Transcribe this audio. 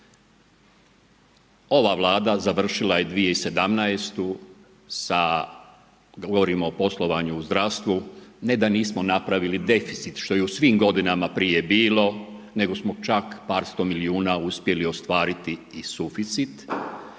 ova Vlada završila je 2017. sa, govorim o poslovanju u zdravstvu, ne da nismo napravili deficit što je u svim godinama prije bilo, nego smo čak par sto milijuna uspjeli ostvariti i suficit,